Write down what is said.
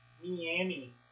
Miami